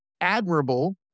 admirable